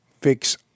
fix